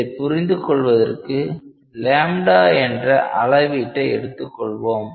இதை புரிந்து கொள்வதற்கு λ என்ற அளவீட்டை எடுத்துக் கொள்வோம்